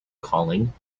calling